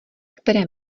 které